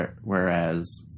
Whereas